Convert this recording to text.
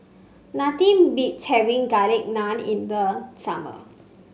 nothing beats having Garlic Naan in the summer